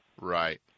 right